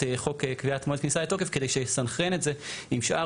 חוק קביעת מועד כניסה לתוקף כדי שיסנכרן את זה עם שאר